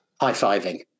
high-fiving